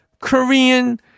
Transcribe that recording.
Korean